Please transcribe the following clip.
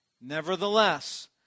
Nevertheless